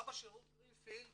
אבא של רות גרינפילד